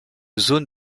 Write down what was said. zone